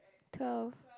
twelve